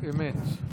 אמת.